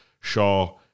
Shaw